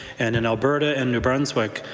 and in alberta and new brunswick,